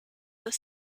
with